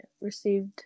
received